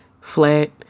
flat